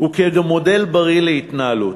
וכמודל בריא להתנהלות.